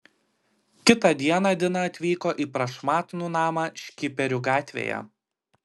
kitą dieną dina atvyko į prašmatnų namą škiperių gatvėje